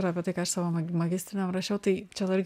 yra apie tai ką aš savo mag magistriniam rašiau tai čia dar